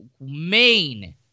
main